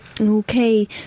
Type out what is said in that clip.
Okay